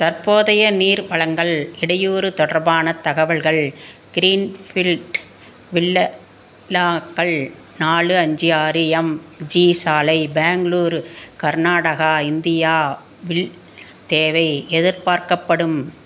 தற்போதைய நீர் வழங்கல் இடையூறு தொடர்பான தகவல்கள் க்ரீன் ஃப்ல்ட் வில்ல விலாக்கள் நாலு அஞ்சு ஆறு எம்ஜி சாலை பெங்களூரு கர்நாடகா இந்தியா வில் தேவை எதிர்பார்க்கப்படும்